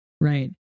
Right